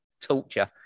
torture